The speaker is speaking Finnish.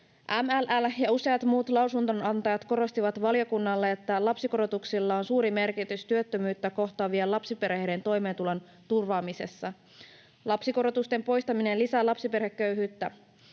MLL ja useat muut lausunnonantajat korostivat valiokunnalle, että lapsikorotuksilla on suuri merkitys työttömyyttä kohtaavien lapsiperheiden toimeentulon turvaamisessa. Lapsikorotusten poistaminen lisää lapsiperheköyhyyttä.